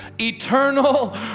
eternal